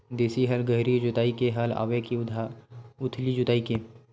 देशी हल गहरी जोताई के हल आवे के उथली जोताई के?